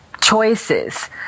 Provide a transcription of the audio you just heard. choices